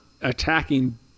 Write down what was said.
attacking